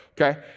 okay